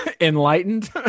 enlightened